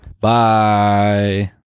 Bye